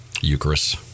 Eucharist